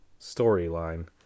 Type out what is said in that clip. storyline